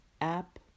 app